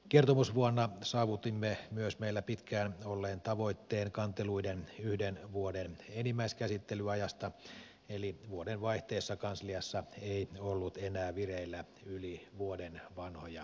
kertomusvuonna saavutimme myös meillä pitkään olleen tavoitteen kanteluiden yhden vuoden enimmäiskäsittelyajasta eli vuodenvaihteessa kansliassa ei ollut enää vireillä yli vuoden vanhoja kanteluasioita